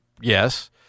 Yes